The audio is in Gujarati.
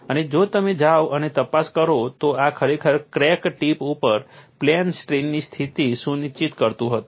અને જો તમે જાઓ અને તપાસ કરો તો આ ખરેખર ક્રેક ટિપ ઉપર પ્લેન સ્ટ્રેઇનની સ્થિતિને સુનિશ્ચિત કરતું હતું